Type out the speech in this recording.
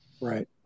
Right